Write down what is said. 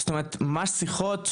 זאת אומרת מה השיחות,